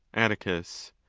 atticus.